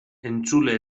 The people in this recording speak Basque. entzule